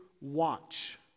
watch